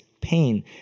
pain